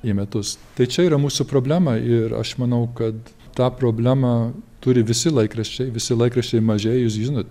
į metus tai čia yra mūsų problema ir aš manau kad tą problemą turi visi laikraščiai visi laikraščiai mažėja jūs žinot